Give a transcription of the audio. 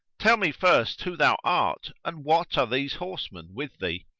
tell me first who thou art and what are these horsemen with thee?